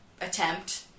attempt